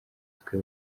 twe